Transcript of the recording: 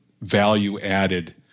value-added